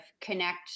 connect